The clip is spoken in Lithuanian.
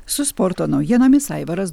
su sporto naujienomis aivaras